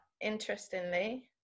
Interestingly